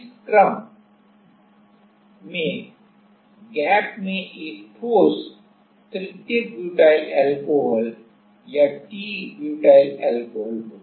तो इस क्रम में गैप में एक ठोस तृतीयक ब्यूटाइल अल्कोहल या टी ब्यूटाइल अल्कोहल होता है